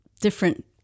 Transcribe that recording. different